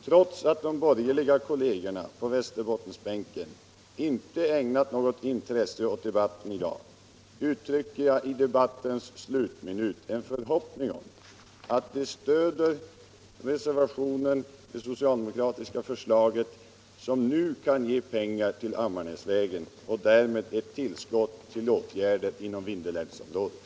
Trots att de borgerliga kollegerna på Västerbottensbänken inte ägnat något intresse åt debatten i dag uttrycker jag vid debattens slutminut en förhoppning om att de stöder de socialdemokratiska förslagen, som nu kan ge pengar till Ammarnäsvägen och därmed ett tillskott till åtgärder inom Vindelälvsområdet.